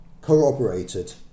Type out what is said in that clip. corroborated